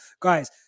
guys